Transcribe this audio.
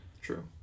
true